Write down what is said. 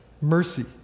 mercy